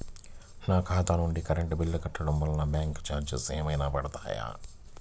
నా ఖాతా నుండి కరెంట్ బిల్ కట్టడం వలన బ్యాంకు చార్జెస్ ఎంత పడతాయా?